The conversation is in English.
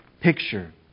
picture